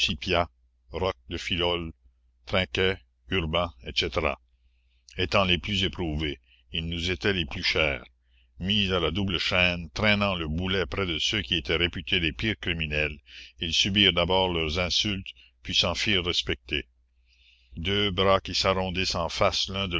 roques de filhol trinquet urbain etc étant les plus éprouvés ils nous étaient les plus chers mis à la double chaîne traînant le boulet près de ceux qui étaient réputés les pires criminels ils subirent d'abord leurs insultes puis s'en firent respecter deux bras qui s'arrondissent en face l'un